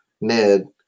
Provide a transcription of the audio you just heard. Ned